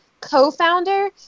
co-founder